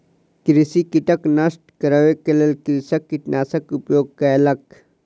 कृषि कीटक नष्ट करै के लेल कृषक कीटनाशकक उपयोग कयलक